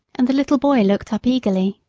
and the little boy looked up eagerly.